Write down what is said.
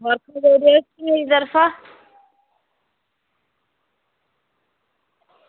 मबारखां देई ओड़ेओ उसगी मेरी तरफा